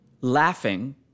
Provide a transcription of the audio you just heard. laughing